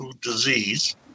disease